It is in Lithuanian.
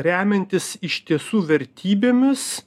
remiantis iš tiesų vertybėmis